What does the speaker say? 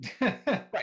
Right